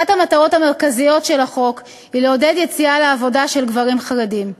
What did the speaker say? אחת המטרות המרכזיות של החוק היא לעודד יציאה לעבודה של גברים חרדים.